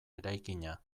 eraikina